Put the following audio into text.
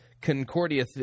concordia